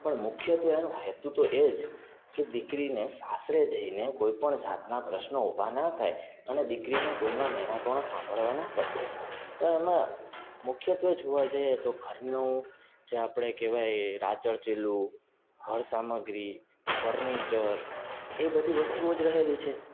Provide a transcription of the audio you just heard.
પણ મુખ્યત્વે હોઈ તું તો એ જ કે દીકરીને સાસરે જઈને કોઈ પણ જાતના પ્રશ્નો ઊભા ના થાય અને દીકરીને કોઈના મેણાં ટોણાં સાંભળવા ના પડે તો એમાં મુખ્યત્વે જોવા જઈએ તો ઘરનું જે આપણે કેવાય રાચરચીલું ઘર સામગ્રી ફર્નિચર એ બધી વસ્તુઓ જ રહેલી છે